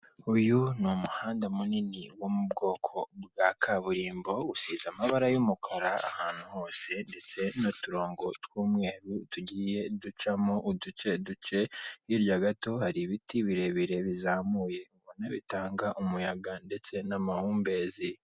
Uyu ni umuhanda munini wo mu bwoko bwa kaburimbo usize amabara y'umukara ahantu hose, ndetse n'uturongo tw'umweru tugiye ducamo uduce duce, hirya gato hari ibiti birebire bizamuye ubona bitanga umuyaga, ndetse n'amahumbezi.